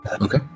Okay